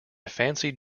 fancied